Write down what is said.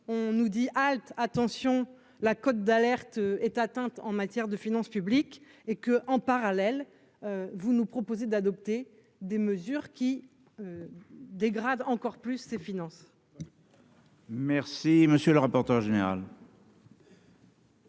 on nous dit halte attention la cote d'alerte est atteinte en matière de finances publiques et que, en parallèle, vous nous proposez d'adopter des mesures qui dégradent encore plus ses finances. Merci, monsieur le rapporteur général.